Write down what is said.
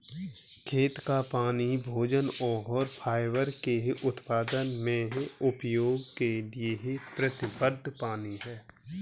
खेत का पानी भोजन और फाइबर के उत्पादन में उपयोग के लिए प्रतिबद्ध पानी है